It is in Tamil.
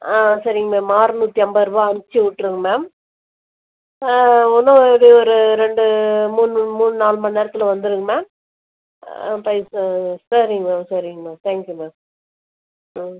ஆ சரிங்க மேம் ஆறநூத்தி ஐம்பது ரூபா அனுப்பிச்சிவுட்ருங்க மேம் இன்னோம் இது ஒரு ரெண்டு மூணு மூணு நாலு மணி நேரத்தில் வந்துடும் மேம் ஆ பைசா சரிங்க மேம் சரிங்க மேம் தேங்க் யூ மேம் ம்